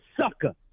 sucker